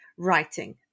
writing